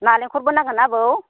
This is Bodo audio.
नालेंखरबो नांगोनना आबौ